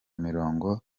mirongo